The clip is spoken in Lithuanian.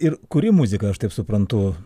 ir kuri muziką aš taip suprantu